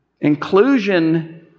Inclusion